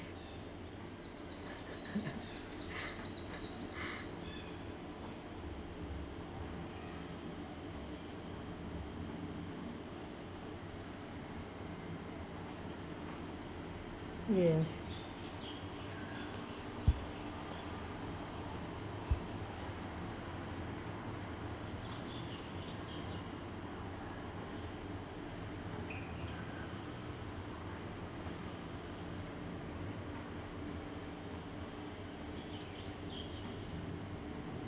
yes